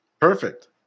Perfect